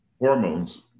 Hormones